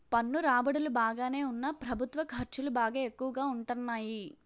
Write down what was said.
పన్ను రాబడులు బాగానే ఉన్నా ప్రభుత్వ ఖర్చులు బాగా ఎక్కువగా ఉంటాన్నాయి